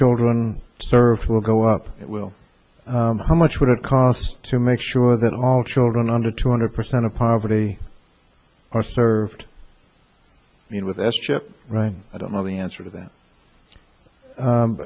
children served will go up will how much would it cost to make sure that all children under two hundred percent of poverty are served with s chip right i don't know the answer to that